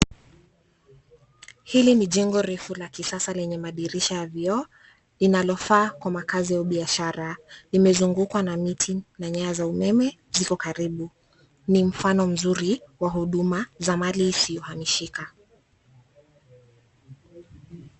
Hili ni jengo refu la kisasa yenye madirisha ya vioo, linalofaa kwa makazi ya biashara. Limezugukwa na miti na nyaya za umeme ziko karibu. Ni mfano mzuri wa huduma ya mali isiyohamishika.